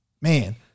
man